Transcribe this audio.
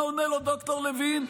מה עונה לו ד"ר לוין?